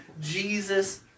Jesus